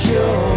Show